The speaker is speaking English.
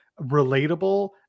relatable